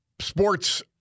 sports